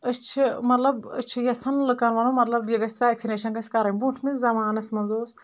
أسۍ چھِ مطلب أسۍ چھِ یژھان لُکن ونُن مطلب یہِ گژھہِ ویکسنیشن گژھہِ کرٕنۍ بونٛٹھۍ مِس زمانس منٛز اوس